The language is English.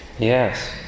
Yes